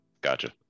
Gotcha